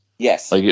Yes